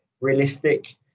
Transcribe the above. realistic